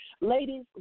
Ladies